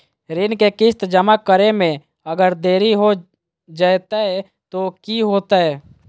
ऋण के किस्त जमा करे में अगर देरी हो जैतै तो कि होतैय?